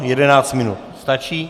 Jedenáct minut stačí?